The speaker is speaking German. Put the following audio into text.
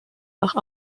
nach